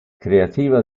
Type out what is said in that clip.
creativa